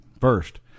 first